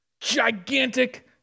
Gigantic